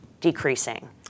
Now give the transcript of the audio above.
decreasing